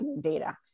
data